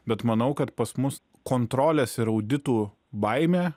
bet manau kad pas mus kontrolės ir auditų baimė